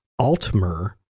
Altmer